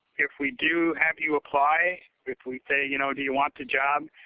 if we do have you apply, if we say, you know, do you want the job,